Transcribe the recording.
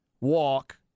walk